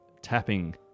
tapping